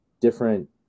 different